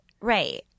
Right